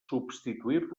substituir